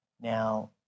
Now